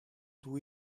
του